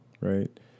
right